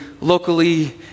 locally